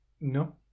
No